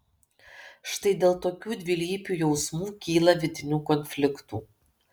štai dėl tokių dvilypių jausmų kyla vidinių konfliktų